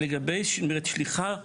אני מדבר לגבי שליחת ההודעה.